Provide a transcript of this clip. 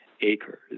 acres